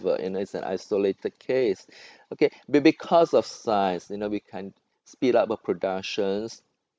whatever you know it's an isolated case okay be because of science you know we can speed up a productions